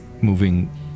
moving